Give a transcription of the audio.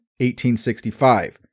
1865